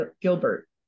Gilbert